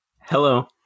Hello